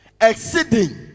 exceeding